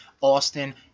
Austin